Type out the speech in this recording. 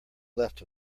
left